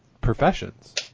professions